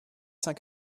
cinq